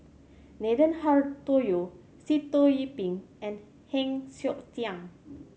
Nathan Hartono Sitoh Yih Pin and Heng Siok Tian